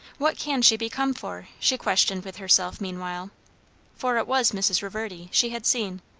what can she be come for? she questioned with herself meanwhile for it was mrs. reverdy, she had seen.